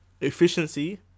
efficiency